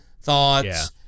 thoughts